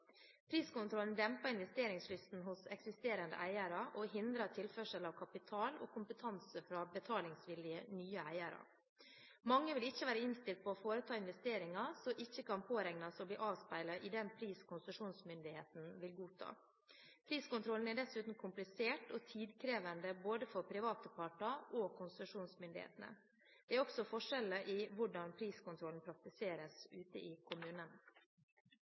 Priskontrollen demper investeringslysten hos eksisterende eiere og hindrer tilførsel av kapital og kompetanse fra betalingsvillige nye eiere. Mange vil ikke være innstilt på å foreta investeringer som ikke kan påregnes å bli avspeilet i den pris konsesjonsmyndigheten vil godta. Priskontrollen er dessuten komplisert og tidkrevende for både private parter og konsesjonsmyndighetene. Det er også forskjeller i hvordan priskontrollen praktiseres ute i kommunene.